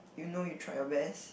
you know you tried your best